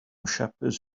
shepherds